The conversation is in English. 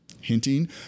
Hinting